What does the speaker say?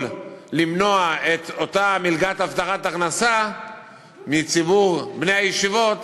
למנוע את אותה מלגת הבטחת הכנסה מציבור בני הישיבות,